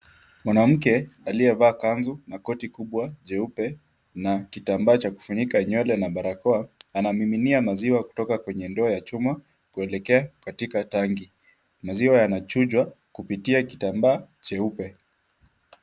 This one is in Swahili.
Mwanamke aliyevaa kanzu na koti kubwa jeupe na kitambaa cha kufunika nywele na barakoa anamiminia maziwa kutoka kwenye ndoo ya chuma kuelekea katika tangi . Maziwa yanachujwa kupitia kitambaa cheupe.